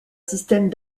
système